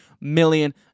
million